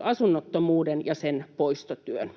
asunnottomuuden ja sen poistotyön.